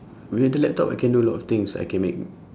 with the laptop I can do a lot of things I can make